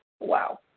Wow